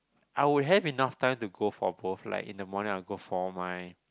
I would have enough time to go for both like in the morning I go for my